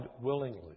willingly